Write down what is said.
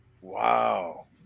Wow